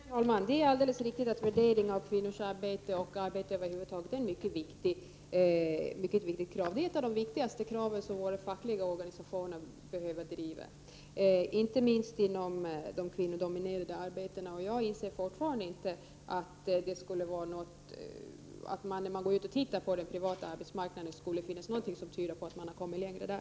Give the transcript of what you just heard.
Herr talman! Det är alldeles riktigt att kravet på en värdering av kvinnors arbete och av arbete över huvud taget är mycket viktigt. Det är ett av de viktigaste kraven som våra fackliga organisationer har att driva, detta gäller inte minst inom de kvinnodominerade arbetena. Jag inser fortfarande inte att det skulle finnas någonting på den privata arbetsmarknaden som tyder på att man i det avseendet har kommit längre där.